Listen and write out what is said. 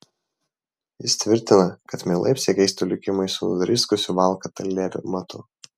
jis tvirtina kad mielai apsikeistų likimais su nudriskusiu valkata leviu matu